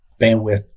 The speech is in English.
bandwidth